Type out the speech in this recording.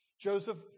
Joseph